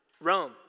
Rome